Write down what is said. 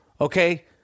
Okay